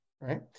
right